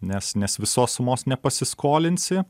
nes nes visos sumos ne pasiskolinsi